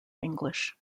english